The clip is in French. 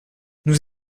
nous